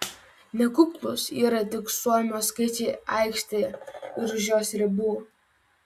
nekuklūs yra tik suomio skaičiai aikštėje ir už jos ribų